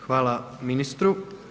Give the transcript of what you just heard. Hvala ministru.